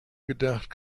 gedacht